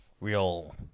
real